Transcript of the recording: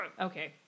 Okay